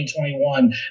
2021